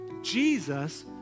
Jesus